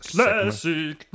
Classic